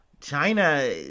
China